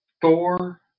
Thor